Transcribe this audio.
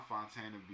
Fontana